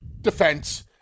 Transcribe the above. defense